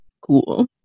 cool